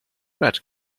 red